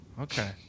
Okay